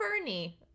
Bernie